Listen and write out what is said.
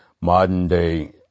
modern-day